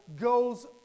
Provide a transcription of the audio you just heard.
goes